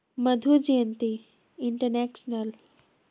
Madhu Jayanti international